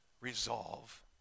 resolve